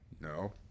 No